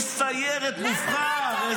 איזה איש סיירת מובחר.